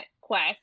Quest